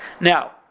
Now